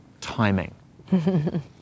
timing